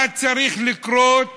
מה צריך לקרות